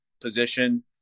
position